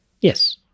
Yes